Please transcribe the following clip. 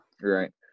Right